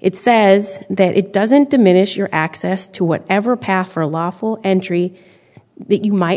it says that it doesn't diminish your access to whatever path for a lawful entry that you might